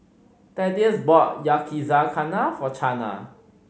Thaddeus bought Yakizakana for Chana